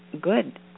good